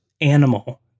animal